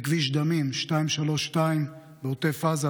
בכביש דמים 232 בעוטף עזה,